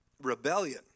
rebellion